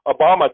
Obama